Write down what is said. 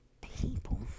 people